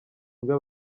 imbwa